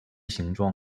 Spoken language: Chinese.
形状